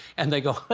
and they go,